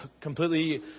completely